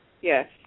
Yes